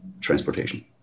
transportation